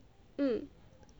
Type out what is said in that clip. mm